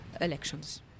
elections